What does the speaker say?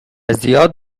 زیاد